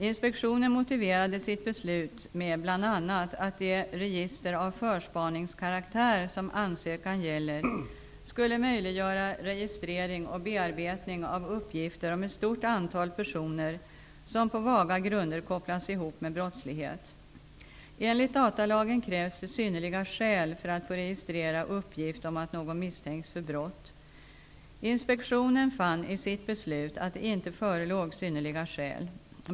Inspektionen motiverade sitt beslut med bl.a. att det register av förspaningskaraktär som ansökan gäller skulle möjliggöra registrering och bearbetning av uppgifter om ett stort antal personer som på vaga grunder kopplas ihop med brottslighet. Enligt datalagen krävs det synnerliga skäl för att få registrera uppgift om att någon misstänks för brott. Inspektionen fann i sitt beslut att det inte förelåg synnerliga skäl.